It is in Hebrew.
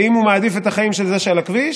האם הוא מעדיף את החיים של זה שעל הכביש